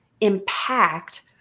impact